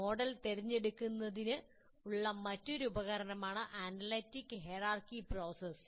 model തീരുമാനമെടുക്കുന്നതിനുള്ള മറ്റൊരു ഉപകരണമാണ് അനലിറ്റിക് ഹൈറാർക്കി പ്രോസസ്